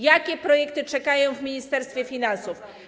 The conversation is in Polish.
Jakie projekty czekają w Ministerstwie Finansów?